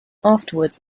afterwards